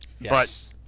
Yes